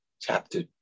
chapter